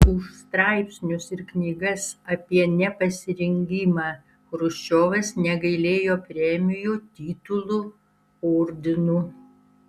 už straipsnius ir knygas apie nepasirengimą chruščiovas negailėjo premijų titulų ordinų